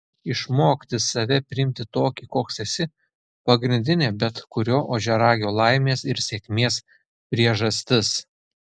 išmokti save priimti tokį koks esi pagrindinė bet kurio ožiaragio laimės ir sėkmės priežastis